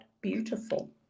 beautiful